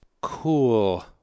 cool